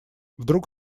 вдруг